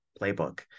playbook